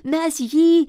mes jį